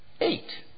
Eight